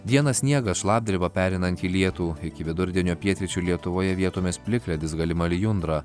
dieną sniegas šlapdriba pereinanti į lietų iki vidurdienio pietryčių lietuvoje vietomis plikledis galima lijundra